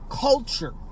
culture